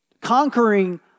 conquering